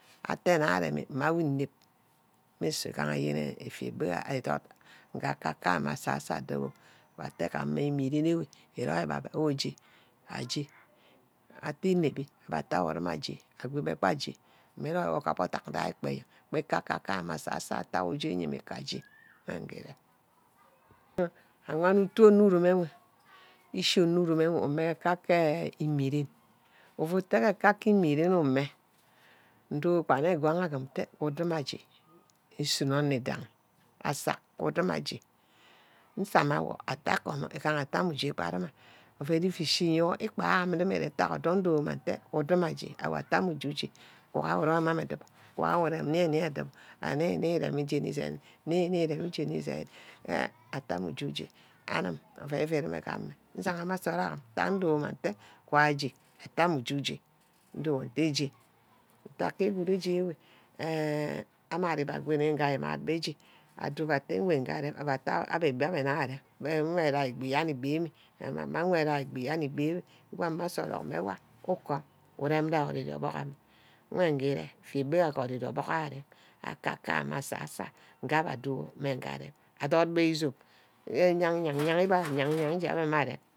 Ítte nna aremi mma aor înei, mmusi egagene egbi wor nga akaka your mme asasor your adouro atte îmeren wur îrom bah abe auor je, an je, átaí înepí abbe ate ausor mma aj́e ago mme beh aj́e, mmi rome wor gub adack gai ekler eyen Kube akela mme asasor your noo ja ase make kibba aj́e mme ngire, awan utu onerum ewe. íshi onurum imme kakai îmeren. uvu ке каке ímerene umeh dube nne nguang wuna aje j́e usunor anor îdanghí, asack udume'aje, nsah mme awor atte komor ugahe atte ama j́e gbah ouen ívuchi îgeroor îkpagha ani nní́re, udwuma atte wan nnawor aj́e, utte ame uje uje uguha urîom mme amme aduboh, uguha urîom mme amme adubor, nii ni jeme nsia. nni nni urme ame aduboh, atte ame uj́e-uj́e. anim oven uvu rome ke ame, Nshighama Nsortha ntack ndowuma atte wunˈaje, utte ame uj́u-je, Ndo wor atte je. doh akadumeje on enh amedume agori ugo egbí ej́e aba atte wuna arem abba come egbi goh asaro mme nwayo Ncome, ureme dah ere adorn ame. wor nge erí, egbí beh oven Obox ago arem, akaka mme asasa, nge abe dogho mme nga arem adot beh ízome, wîrer yang yang yang abbe mme arem